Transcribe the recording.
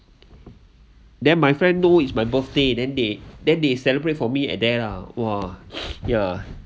then my friend know is my birthday then they then they celebrate for me at there lah !wah! ya